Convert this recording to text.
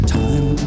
time